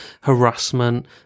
harassment